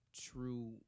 true